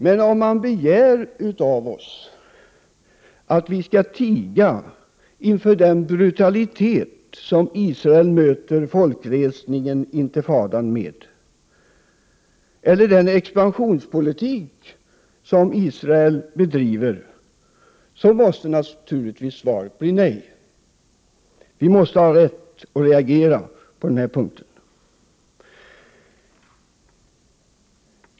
Men om man begär av oss att vi skall tiga inför den brutalitet som Israel möter folkresningen, Intifadan, med eller den expansionspolitik Israel bedriver, måste naturligtvis svaret bli nej. Vi måste ha rätt att reagera.